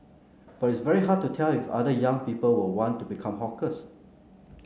but it's very hard to tell if other young people will want to become hawkers